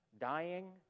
dying